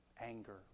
Anger